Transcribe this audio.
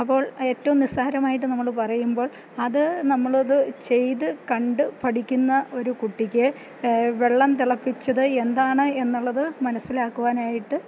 അപ്പോൾ ഏറ്റവും നിസാരമായിട്ട് നമ്മൾ പറയുമ്പോൾ അത് നമ്മളത് ചെയ്ത് കണ്ട് പഠിക്കുന്ന ഒരു കുട്ടിക്ക് വെള്ളം തിളപ്പിച്ചത് എന്താണ് എന്നുള്ളത് മനസ്സിലാക്കുവാനായിട്ട്